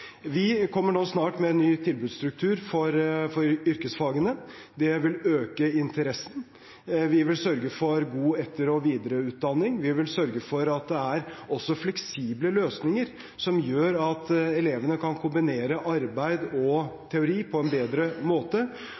Vi kommer snart med en ny tilbudsstruktur for yrkesfagene. Det vil øke interessen. Vi vil sørge for god etter- og videreutdanning. Vi vil sørge for at det også er fleksible løsninger som gjør at elevene kan kombinere arbeid og teori på en bedre måte.